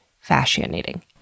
fascinating